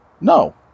No